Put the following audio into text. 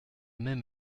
même